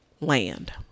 land